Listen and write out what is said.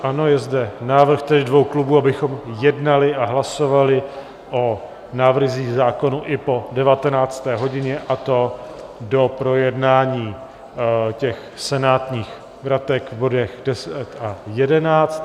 Ano, je zde návrh dvou klubů, abychom jednali a hlasovali o návrzích zákonů i po 19. hodině, a to do projednání těch senátních vratek, bodů 10 a 11.